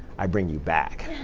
i bring you back.